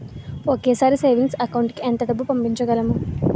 ఒకేసారి savings account కి ఎంత డబ్బు పంపించగలము?